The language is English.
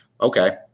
okay